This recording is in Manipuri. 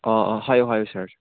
ꯑꯥ ꯑꯥ ꯍꯥꯏꯌꯨ ꯍꯥꯏꯌꯨ ꯁꯥꯔ